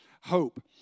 hope